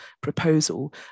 proposal